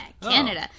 Canada